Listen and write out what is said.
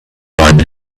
when